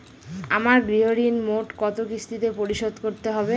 আমার গৃহঋণ মোট কত কিস্তিতে পরিশোধ করতে হবে?